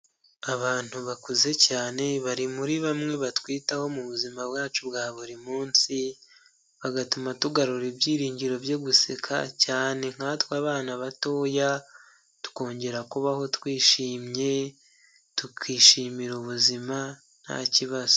Abantu bakuze cyane bari muri bamwe batwitaho mu buzima bwacu bwa buri munsi bagatuma tugarura ibyiringiro byo guseka cyane nkatwe abana batoya tukongera kubaho twishimye tukishimira ubuzima nta kibazo.